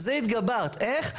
על זה התגברת, איך?